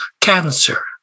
Cancer